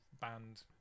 band